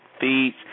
feeds